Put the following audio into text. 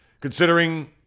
Considering